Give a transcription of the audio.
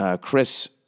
Chris